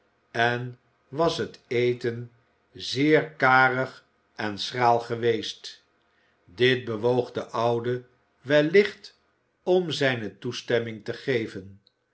en was het eten zeer karig en schraal geweest dit bewoog den oude wellicht om zijne toestemming te geven